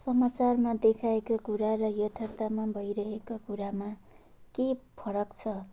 समाचारमा देखाएको कुरा र यथार्थमा भइरहेको कुरामा के फरक छ